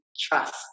trust